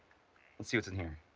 let's see what's in here.